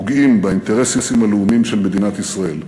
פוגעים באינטרסים הלאומיים של מדינת ישראל.